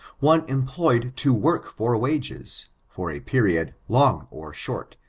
one employed to work for wages, for a period long or short,